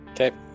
Okay